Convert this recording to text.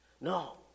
No